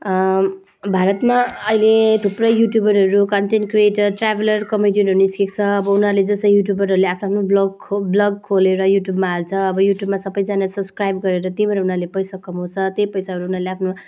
भारतमा अहिले थुप्रै युट्युबरहरू कन्टेन्ट क्रिएटर ट्राभलर कमेडियनहरू निस्केको छ अब उनीहरूले जसै युट्युबरहरूले आफ्नो आफ्नो ब्लग खो ब्लग खोलेर युट्युबमा हाल्छ अब युट्युबमा सबैजना सब्सक्राइब गरेर त्यहीँबाट उनीहरूले पैसा कमाउँछ त्यही पैसाबाट उनीहरूले आफ्नो